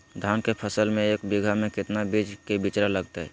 धान के फसल में एक बीघा में कितना बीज के बिचड़ा लगतय?